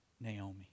Naomi